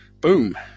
Boom